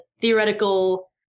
theoretical